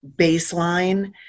baseline